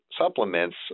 supplements